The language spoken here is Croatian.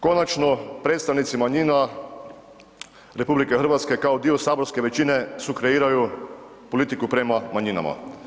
Konačno, predstavnici manjina RH kao dio saborske većine sukreiraju politiku prema manjinama.